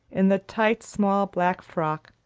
in the tight, small black frock,